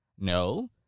No